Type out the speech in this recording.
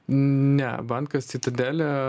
ne bankas citadelė